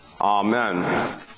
Amen